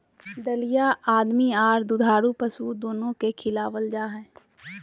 दलिया आदमी आर दुधारू पशु दोनो के खिलावल जा हई,